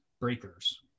breakers